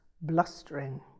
blustering